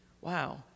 wow